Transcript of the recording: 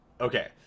Okay